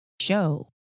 Show